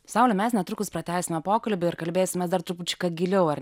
saule mes netrukus pratęsime pokalbį ir kalbėsime dar trupučiuką giliau ar